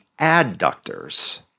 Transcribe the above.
adductors